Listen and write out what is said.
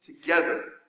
Together